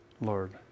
Lord